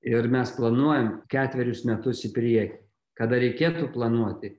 ir mes planuojam ketverius metus į priekį kada reikėtų planuoti